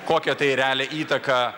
kokią tai realią įtaką